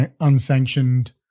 unsanctioned